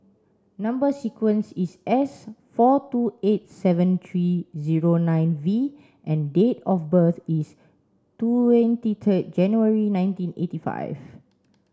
number sequence is S four two eight seven three zero nine V and date of birth is twenty third January nineteen eighty five